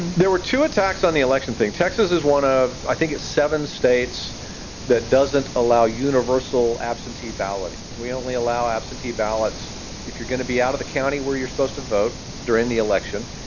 there were two attacks on the election thing. texas is one of, i think, seven states that doesn't allow universal absentee balloting. we only allow absentee ballots if you're going to be out of. county where you're supposed to vote during the election,